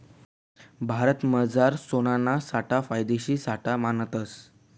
भारतमझार सोनाना साठा फायदेशीर साठा मानतस